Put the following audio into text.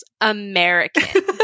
American